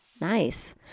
Nice